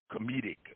comedic